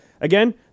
again